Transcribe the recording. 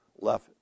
left